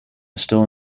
still